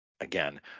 again